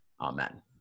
amen